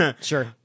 sure